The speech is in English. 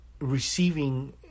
receiving